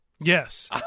Yes